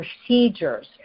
procedures